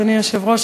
אדוני היושב-ראש,